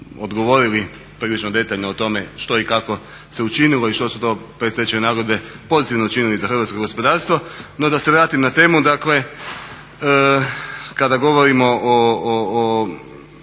odgovorili prilično detaljno o tome što i kako se učinilo i što su to predstečajne nagodbe pozitivno učinili za hrvatsko gospodarstvo. No, da se vratim na temu. Dakle, kada govorimo o